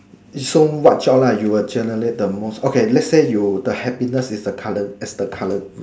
so what job lah you would generate the most okay let's say you the happiest is the curren~ is the curren~